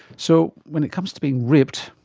so when it comes to being ripped,